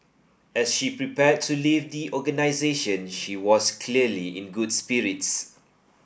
as she prepared to leave the organisation she was clearly in good spirits